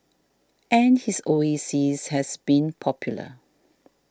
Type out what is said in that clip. and his oasis has been popular